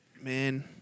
man